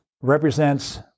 represents